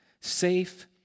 safe